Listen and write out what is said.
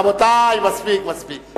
נשארו שם, רבותי, מספיק, מספיק.